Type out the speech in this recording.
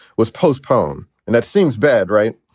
was postpone. and that seems bad, right?